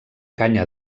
canya